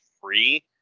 free